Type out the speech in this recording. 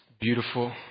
beautiful